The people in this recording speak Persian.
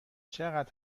چقدر